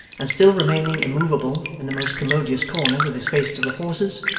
and still remaining immoveable in the most commodious corner with his face to the horses,